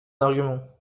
argument